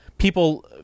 People